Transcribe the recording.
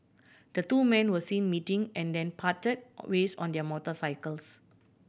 the two men were seen meeting and then parted ways on their motorcycles